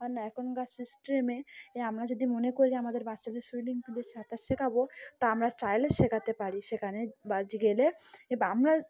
আর না এখন গাছ স্ট্রেমে এ আমরা যদি মনে করি আমাদের বাচ্চাদের সুইমিং পুলের সাঁতার শেখাবো তা আমরা চলে শেখাতে পারি সেখানে বা গেলে এ বা আমরা